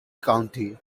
county